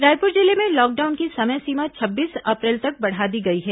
रायपुर जिले में लॉकडाउन की समय सीमा छब्बीस अप्रैल तक बढ़ा दी गई है